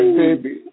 baby